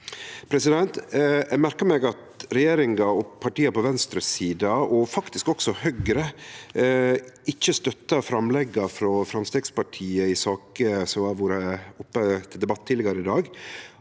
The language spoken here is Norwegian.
mot 2040. Eg merkar meg at regjeringa og partia på venstresida, og faktisk også Høgre, ikkje støttar framlegga frå Framstegspartiet i saker som har vore oppe til debatt tidlegare i dag,